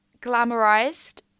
glamorized